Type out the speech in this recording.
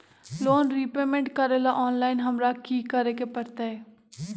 Loan repayment करेला online हमरा की करे के परतई?